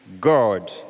God